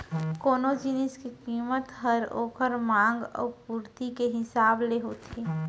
कोनो जिनिस के कीमत हर ओकर मांग अउ पुरती के हिसाब ले होथे